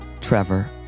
Trevor